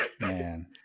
Man